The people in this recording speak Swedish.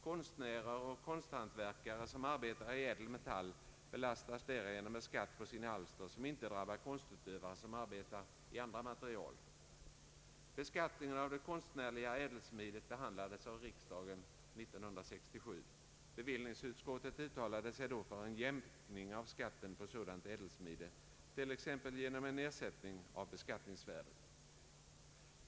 Konstnärer och konsthantverkare som arbetar i ädel metall belastas därigenom med skatt på sina alster som inte drabbar konstutövare som arbetar i andra material. Beskattningen av det konstnärliga ädelsmidet behandlades av riksdagen 1967. Bevill ningsutskottet uttalade sig då för en jämkning av skatten på sådant ädelsmide, t.ex. genom en nedsättning av beskattningsvärdet.